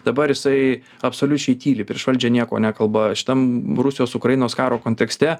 dabar jisai absoliučiai tyli prieš valdžią nieko nekalba šitam rusijos ukrainos karo kontekste